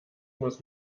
muss